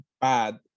bad